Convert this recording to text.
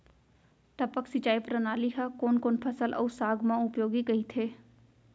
टपक सिंचाई प्रणाली ह कोन कोन फसल अऊ साग म उपयोगी कहिथे?